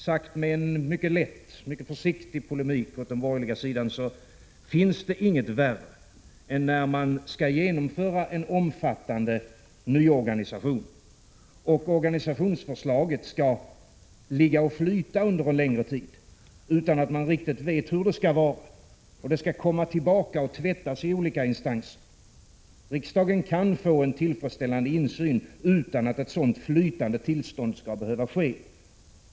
Sagt med en mycket försiktig polemik mot de borgerliga finns det inget värre än att organisationsförslaget, när en omfattande nyorganisation skall göras, ligger och flyter under en längre tid utan att man riktigt vet hur det skall vara. Det skall ju komma tillbaka och tvättas i olika instanser. Riksdagen kan få en tillfredsställande insyn utan att ett sådant flytande tillstånd skall behöva råda.